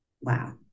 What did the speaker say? Wow